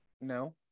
no